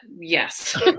Yes